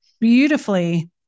beautifully